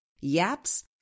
yaps